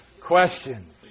Questions